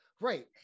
right